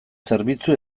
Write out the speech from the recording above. zerbitzu